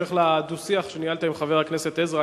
בהמשך לדו-שיח שניהלת עם חבר הכנסת עזרא,